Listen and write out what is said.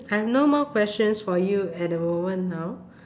I have no more questions for you at the moment now